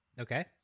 Okay